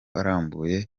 arambuye